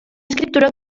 escriptura